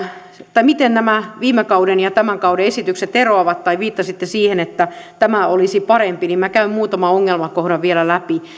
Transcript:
tai miten nämä viime kauden ja tämän kauden esitykset eroavat tai viittasitte siihen että tämä olisi parempi niin minä käyn muutaman ongelmakohdan vielä läpi